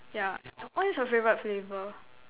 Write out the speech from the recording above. yeah what is your favorite flavor